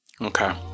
Okay